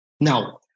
Now